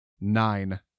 Nine